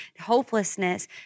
hopelessness